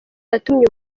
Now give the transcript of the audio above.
yatumye